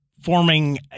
forming